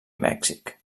mèxic